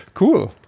Cool